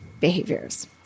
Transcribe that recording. behaviors